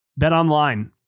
BetOnline